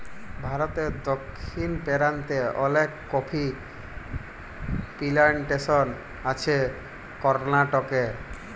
ভারতে দক্ষিণ পেরান্তে অলেক কফি পিলানটেসন আছে করনাটকে